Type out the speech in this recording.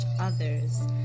others